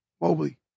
Mobley